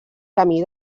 camí